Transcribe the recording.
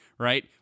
right